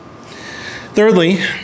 Thirdly